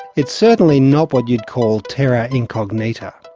it's certainly not what you'd call terra incognita.